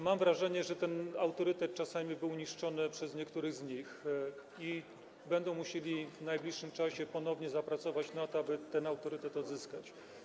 Mam wrażenie, że ten autorytet czasami był niszczony przez niektórych z nich i będą musieli w najbliższym czasie ponownie zapracować na to, aby ten autorytet odzyskać.